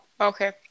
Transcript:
Okay